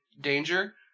danger